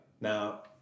Now